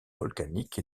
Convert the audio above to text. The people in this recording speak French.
volcaniques